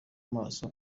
maso